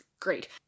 great